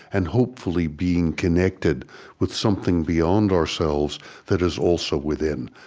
and hopefully being, connected with something beyond ourselves that is also within.